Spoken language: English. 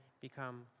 become